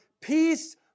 peace